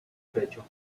pecho